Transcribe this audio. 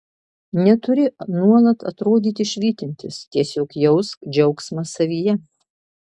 neturi nuolat atrodyti švytintis tiesiog jausk džiaugsmą savyje